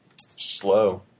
slow